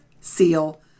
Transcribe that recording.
Seal